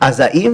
האם